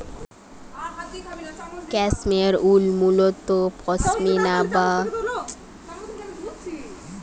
cashmere wool মুলত পসমিনা বা cashmere গোত্রর ভেড়া নু পাওয়া যায়